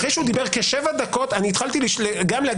אחרי שהוא דיבר כשבע דקות אני התחלתי להגיד